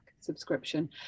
subscription